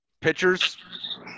pitchers